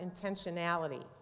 intentionality